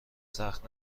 سخت